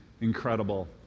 incredible